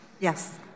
Yes